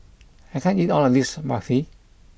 I can't eat all of this Barfi